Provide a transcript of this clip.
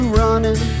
running